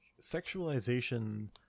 sexualization